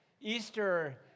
Easter